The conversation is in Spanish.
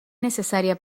necesaria